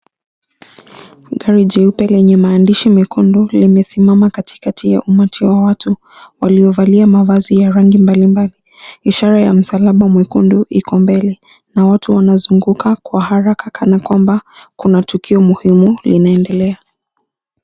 Gari jeupe lenye maandishi mekundu limesimama katikakati ya umati wa watu waliovalia mavazi ya rangi mbalimbali. Ishara ya msalaba mwekundu iko mbele na watu wanazunguka kwa haraka kana kwamba kuna tukio muhimu linaendelea.